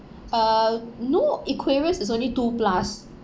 uh no equarius is only two plus